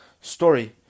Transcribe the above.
story